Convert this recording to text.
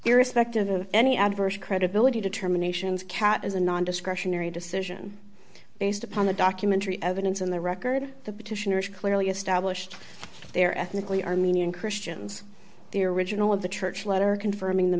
irrespective of any adverse credibility determinations cat is a non discretionary decision based upon the documentary evidence in the record the petitioners clearly established their ethnically armenian christians the original of the church letter confirming the